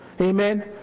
Amen